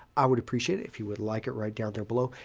i would appreciate it if you would like it right down there below.